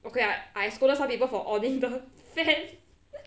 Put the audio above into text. okay I I scolded some people for onning the fan